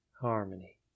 Harmony